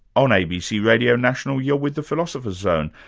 on abc radio national, you're with the philosopher's zone,